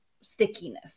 stickiness